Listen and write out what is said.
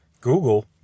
Google